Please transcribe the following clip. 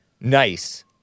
Nice